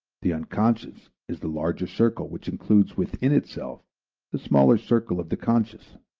the unconscious is the larger circle which includes within itself the smaller circle of the conscious